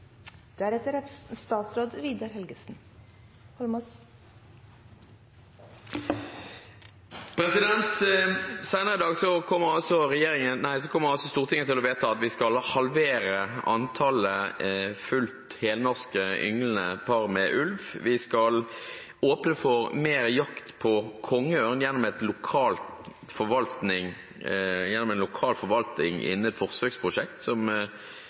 i dag kommer Stortinget til å vedta at vi skal halvere antallet helnorske ynglende par ulv. Vi skal åpne for mer jakt på kongeørn gjennom lokal forvaltning i et forsøksprosjekt, der jeg har mange spørsmål til statsråden om hva han egentlig oppfatter at det betyr. Og sannelig min hatt har Miljødirektoratet sendt på høring et forslag som